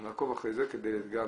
אנחנו נעקוב אחרי זה כדי גם